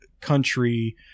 country